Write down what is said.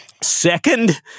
Second